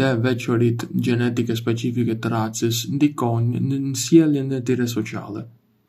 dhe veçoritë gjenetike specifike të racës ndikojnë në sjelljen e tyre sociale.